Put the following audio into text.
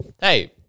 hey